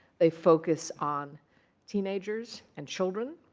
they focus on teenagers and children.